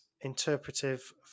interpretive